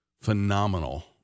phenomenal